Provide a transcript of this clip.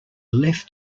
left